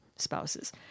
spouses